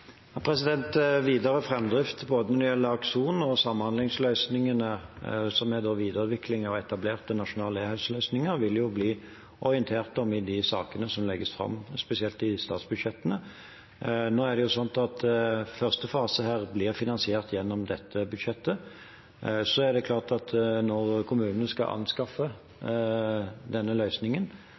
Videre framdrift når det gjelder både Akson og samhandlingsløsningene, som er en videreutvikling av etablerte nasjonale e-helseløsninger, vil det bli orientert om i de sakene som legges fram spesielt i statsbudsjettene. Det er sånn at første fase blir finansiert gjennom dette budsjettet. Så er det klart at når kommunene skal anskaffe denne løsningen,